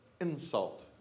insult